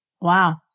Wow